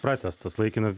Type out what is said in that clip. pratęstas laikinas